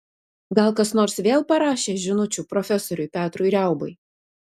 gal kas nors vėl parašė žinučių profesoriui petrui riaubai